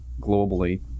globally